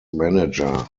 manager